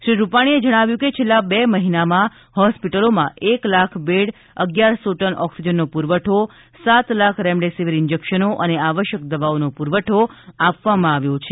શ્રી રૂપાણીએ જણાવ્યું હતું કે છેલ્લા બે મહિનામાં હોસ્પીટલોમાં એક લાખ બેડ અગીયારસો ટન ઓક્સીજનનો પુરવઠો સાત લાખ રેમડેસીવીર ઈન્જેક્શનો અને આવશ્યક દવાઓનો પુરવઠો આપવામાં આવ્યો છે